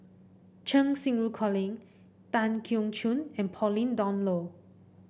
Cheng Xinru Colin Tan Keong Choon and Pauline Dawn Loh